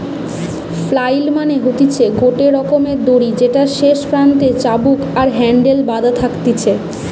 flail মানে হতিছে গটে রকমের দড়ি যেটার শেষ প্রান্তে চাবুক আর হ্যান্ডেল বাধা থাকতিছে